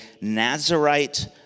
Nazarite